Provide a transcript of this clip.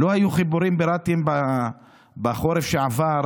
לא היו חיבורים פיראטיים בחורף שעבר?